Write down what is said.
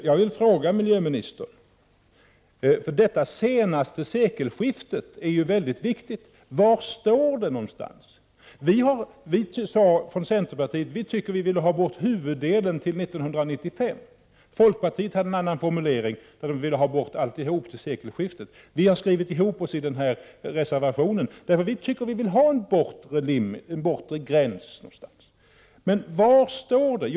Jag vill fråga miljöministern, eftersom detta ”senast till sekelskiftet” ju är mycket viktigt, var det står att läsa någonstans. Vi i centerpartiet ville ha bort huvuddelen till år 1995. Folkpartiet hade en annan formulering och ville ha bort alltsammans till sekelskiftet. Vi har skrivit ihop oss i reservationen därför att vi tycker att det skall finnas en bortre gräns. Men var står nu detta?